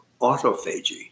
autophagy